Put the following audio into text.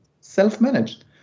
self-managed